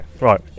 Right